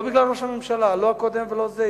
לא בגלל ראש הממשלה, לא הקודם ולא זה.